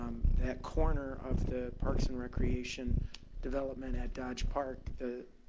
um that corner of the parks and recreation development at dodge park, the,